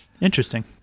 Interesting